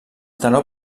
tenor